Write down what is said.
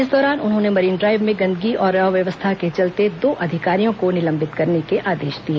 इस दौरान उन्होंने मरीन ड्राईव में गंदगी और अव्यवस्था के चलते दो अधिकारियों को निलंबित करने के आदेश दिए